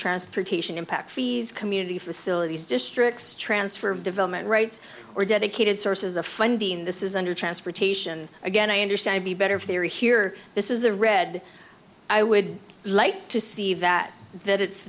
transportation impact fees community facilities districts transfer of development rights or dedicated sources of funding this is under transportation again i understand be better if they are here this is a red i would like to see that that it's